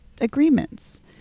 agreements